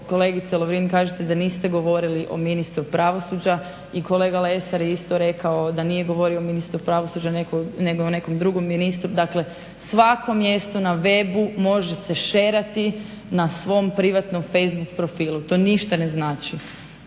kolegice Lovrin kažete da niste govorili o ministru pravosuđa i kolega Lesar je isto rekao da nije govorio o ministru pravosuđa, nego o nekom drugom ministru. Dakle svako mjesto na webu može se share-ana na svom privatnom Facebook profilu to ništa ne znači.